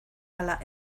ala